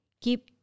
keep